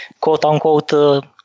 quote-unquote